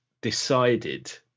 decided